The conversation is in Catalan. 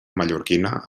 mallorquina